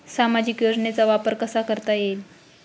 सामाजिक योजनेचा वापर कसा करता येईल?